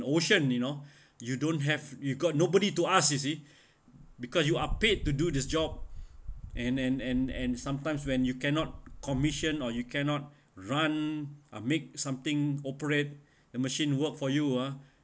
ocean you know you don't have you got nobody to ask you see because you are paid to do this job and and and and sometimes when you cannot commission or you cannot run ah make something operate the machine work for you ah